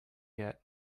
yet